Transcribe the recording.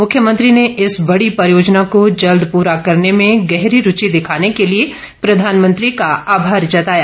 मुख्यमंत्री ने इस बड़ी परियोजना को जल्द पूरा करने में गहरी रूचि दिखाने के लिए प्रधानमंत्री का आमार जताया